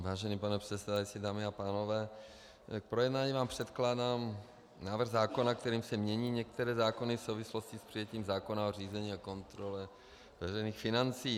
Vážený pane předsedající, dámy a pánové, k projednání vám předkládám návrh zákona, kterým se mění některé zákony v souvislosti s přijetím zákona o řízení a kontrole veřejných financí.